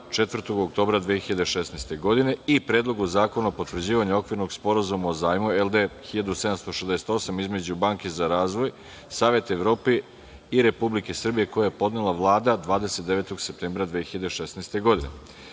4. oktobra 2016. godine i Predlogu zakona o potvrđivanju okvirnog sporazuma o zajmu LD 1768 između Banke za razvoj Saveta Evrope i Republike Srbije, koji je podnela Vlada 29. septembra 2016.